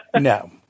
No